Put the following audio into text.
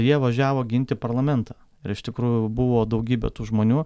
jie važiavo ginti parlamentą ir iš tikrųjų buvo daugybė tų žmonių